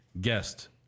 guest